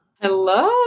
Hello